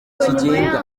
kigenga